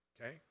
Okay